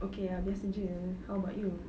okay ah biasa jer how about you